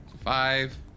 Five